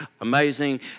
amazing